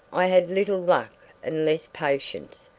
i had little luck and less patience,